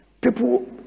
people